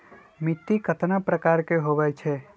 मिट्टी कतना प्रकार के होवैछे?